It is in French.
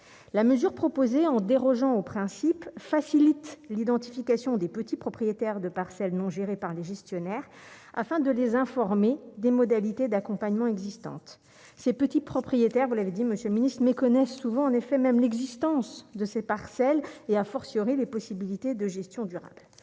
la mesure proposée en dérogeant au principe facilite l'identification des petits propriétaires de parcelles non gérés par les gestionnaires afin de les informer des modalités d'accompagnement existantes, ces petits propriétaires, vous l'avez dit, monsieur le Ministre méconnaissent souvent en effet, même l'existence de ces parcelles et a fortiori les possibilités de gestion durable